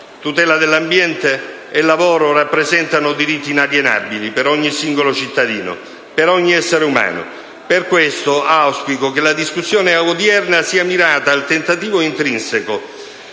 Tutela dell'ambiente e lavoro rappresentano diritti inalienabili per ogni singolo cittadino, per ogni essere umano. Per questo auspico che la discussione odierna sia mirata al tentativo intrinseco